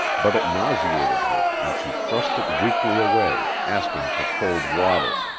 but it nauseated her and she thrust it weakly away, asking for cold water.